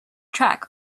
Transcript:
track